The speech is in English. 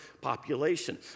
population